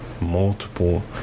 multiple